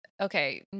okay